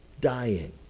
dying